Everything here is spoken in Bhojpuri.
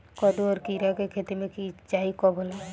कदु और किरा के खेती में सिंचाई कब होला?